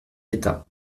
l’état